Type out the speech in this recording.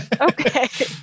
Okay